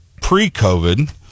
pre-covid